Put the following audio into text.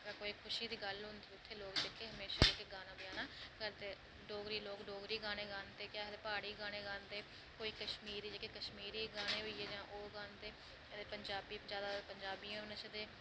जां कोई खुशी दी गल्ल होंदा तां लोग हमेशा उत्थें गाना बजाना करदे डोगरे लोग डोगरी गाने गांदे कोई प्हाड़ी कश्मीरी गाने होई गे जां ओह् गांदे ते पंजाबी जादा पंजाबियें पर नच्चदे